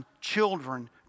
children